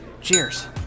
Cheers